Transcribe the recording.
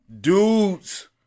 Dudes